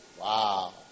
wow